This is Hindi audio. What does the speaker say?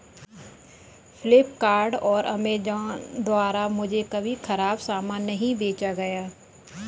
फ्लिपकार्ट और अमेजॉन द्वारा मुझे कभी खराब सामान नहीं बेचा गया